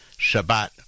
Shabbat